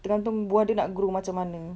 tergantung buah dia nak grow macam mana